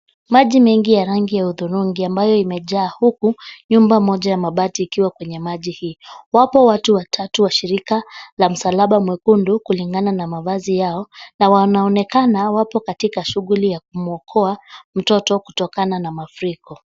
Maji mengi ya rangi ya hudhurungi ambayo imejaa huku nyumba moja ya mabati ikiwa kwenye maji hii. Wapo watu watatu wa shirika la msalaba mwekundu kulingana na mavazi yao na wanaonekana wapo katika shughuli ya kumuokoa mtoto kutokana na mafuriko.